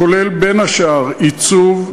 הכולל בין השאר עיצוב,